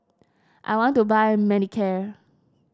I want to buy Manicare